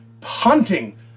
punting